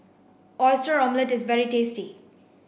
oyster omelette is very tasty